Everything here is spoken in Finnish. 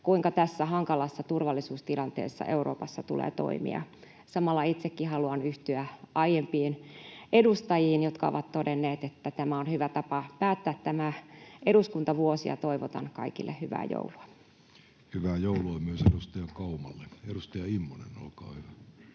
kuinka tässä hankalassa turvallisuustilanteessa Euroopassa tulee toimia. Samalla haluan itsekin yhtyä aiempiin edustajiin, jotka ovat todenneet, että tämä on hyvä tapa päättää tämä eduskuntavuosi, ja toivotan kaikille hyvää joulua. Hyvää joulua myös edustaja Kaumalle. — Edustaja Immonen, olkaa hyvä.